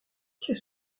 qu’est